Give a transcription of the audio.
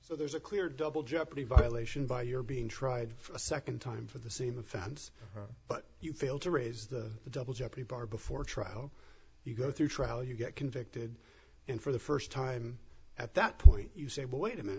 so there's a clear double jeopardy violation by your being tried a nd time for the same offense but you fail to raise the double jeopardy bar before trial you go through trial you get convicted in for the st time at that point you say well wait a minute